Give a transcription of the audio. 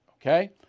Okay